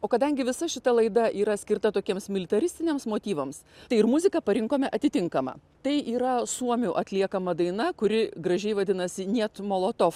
o kadangi visa šita laida yra skirta tokiems militaristiniams motyvams tai ir muziką parinkome atitinkamą tai yra suomių atliekama daina kuri gražiai vadinasi niet molotov